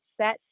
set